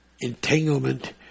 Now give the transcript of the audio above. entanglement